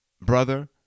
brother